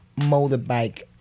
motorbike